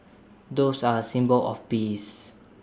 doves are A symbol of peace